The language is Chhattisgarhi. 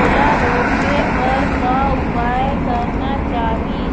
ओला रोके बर का उपाय करना चाही?